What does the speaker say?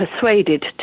persuaded